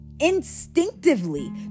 instinctively